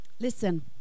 Listen